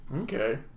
Okay